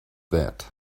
that